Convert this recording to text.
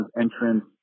entrance